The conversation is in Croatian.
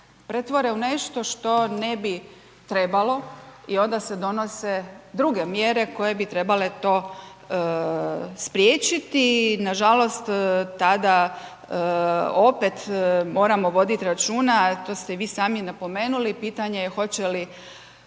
pretvore u nešto što ne bi trebalo i onda se donose druge mjere koje bi trebale to spriječiti, nažalost tada opet moramo vodit računa, to ste i vi sami napomenuli pitanje je hoće li